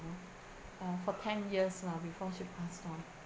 uh for ten years lah before she pass on